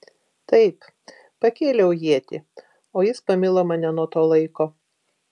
taip pakėliau ietį o jis pamilo mane nuo to laiko